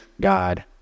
God